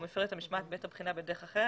או מפר את המשמעת בדרך אחרת,